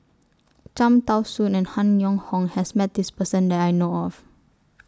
Cham Tao Soon and Han Yong Hong has Met This Person that I know of